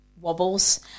wobbles